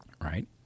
right